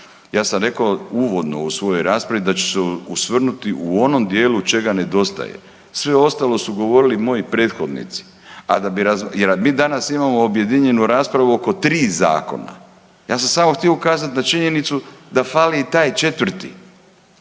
Ja sam rekao uvodno u svojoj raspravi da ću se osvrnuti u onom dijelu čega nedostaje, sve ostalo su govorili moji prethodnici. Mi danas imamo objedinjenu raspravu oko tri zakona, ja sam samo htio ukazati na činjenicu da fali i taj četvrti